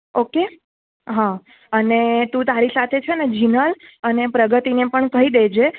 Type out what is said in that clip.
okay હં અને તું તારી સાથે છે ને જિનલ અને પ્રગતિને પણ કહી દેજે